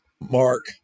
Mark